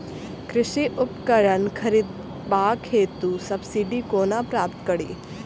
कृषि उपकरण खरीदबाक हेतु सब्सिडी कोना प्राप्त कड़ी?